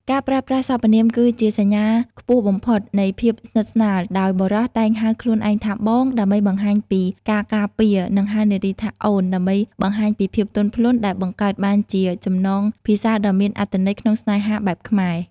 ការប្រើប្រាស់សព្វនាមគឺជាសញ្ញាខ្ពស់បំផុតនៃភាពស្និទ្ធស្នាល ដោយបុរសតែងហៅខ្លួនឯងថា "បង" ដើម្បីបង្ហាញពីការការពារ និងហៅនារីថា "អូន" ដើម្បីបង្ហាញពីភាពទន់ភ្លន់ ដែលបង្កើតបានជាចំណងភាសាដ៏មានអត្ថន័យក្នុងស្នេហាបែបខ្មែរ។